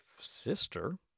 sister